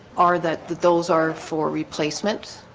are that those are for replacement?